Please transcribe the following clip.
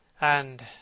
And